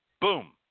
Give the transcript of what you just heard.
boom